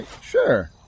Sure